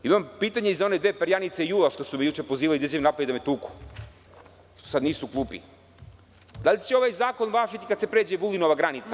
Imam pitanje i za one dve perjanice JUL što su me juče pozivali da izađem napolje, da me tuku, što sada nisu u klupi – da li će ovaj zakon važiti kada se pređe Vulinova granica.